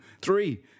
three